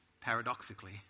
paradoxically